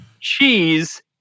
cheese